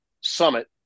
summit